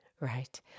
Right